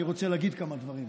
אני רוצה להגיד כמה דברים.